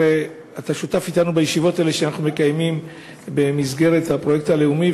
אתה הרי שותף אתנו בישיבות האלה שאנחנו מקיימים במסגרת הפרויקט הלאומי,